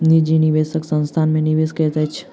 निजी निवेशक संस्थान में निवेश करैत अछि